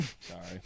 Sorry